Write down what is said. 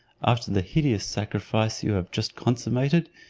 after the hideous sacrifice you have just consummated,